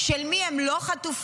של מי הם לא חטופים?